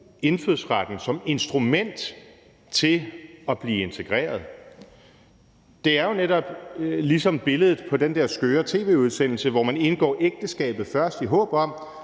indfødsretten som instrument til at blive integreret. Det er jo netop ligesom billedet på den der skøre tv-udsendelse, hvor man indgår ægteskabet først, i håb